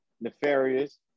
nefarious